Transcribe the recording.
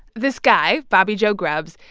this guy, bobby joe grubbs,